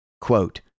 quote